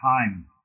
time